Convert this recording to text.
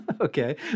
Okay